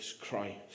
Christ